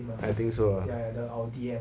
I think so lah